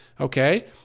okay